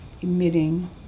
emitting